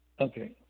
Okay